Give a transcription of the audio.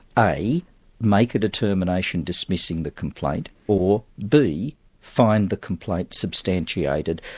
a make a determination dismissing the complaint or b find the complaint substantiated,